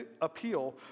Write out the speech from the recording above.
appeal